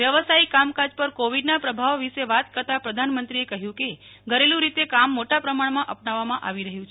વ્યવસાયિક કામકાજ પર કોવિડના પ્રભોવ વિશે વોત કરતા પ્રધાનમંત્રીએ કહ્યુ કે ઘરેલુ રીતે કામ મોટા પ્રમાણમાં અપનાવવામાં આવી રહ્ય છે